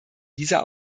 dieser